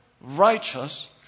righteous